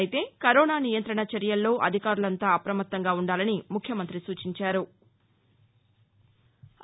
అయితే కరోనా నియంత్రణ చర్యల్లో అధికారులంతా అప్రమత్తంగా ఉండాలని ముఖ్యమంతి సూచించారు